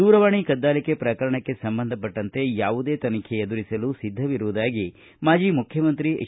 ದೂರವಾಣಿ ಕದ್ದಾಲಿಕೆ ಪ್ರಕರಣಕ್ಕೆ ಸಂಬಂಧಪಟ್ಟಂತೆ ಯಾವುದೇ ತನಿಖೆ ಎದುರಿಸಲು ಸಿದ್ಧವಿರುವುದಾಗಿ ಮಾಜಿ ಮುಖ್ಯಮಂತ್ರಿ ಹೆಚ್